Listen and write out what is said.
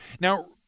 Now